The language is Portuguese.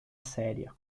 séria